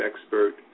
expert